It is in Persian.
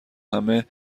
همه